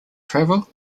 travel